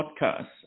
podcast